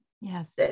yes